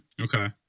Okay